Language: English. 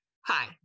Hi